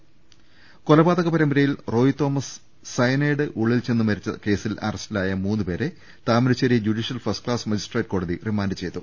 അതിനിടെ കൊലപാതക പരമ്പരയിൽ റോയ് തോമസ് സയനൈഡ് ഉള്ളിൽചെന്ന് മരിച്ച കേസിൽ അറസ്റ്റിലായ മൂന്നുപേരെ Thamarassery judicial first class magistrate കോടതി റിമാൻഡ് ചെയ്തു